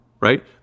right